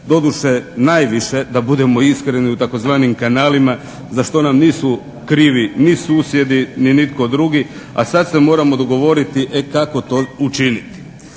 Doduše, najviše da budemo iskreni u tzv. kanalima za što nam nisu krivi ni susjedi ni nitko drugi a sad se moramo dogovoriti e kako to učiniti.